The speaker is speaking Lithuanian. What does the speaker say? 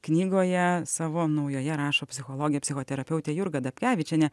knygoje savo naujoje rašo psichologė psichoterapeutė jurga dapkevičienė